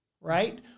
right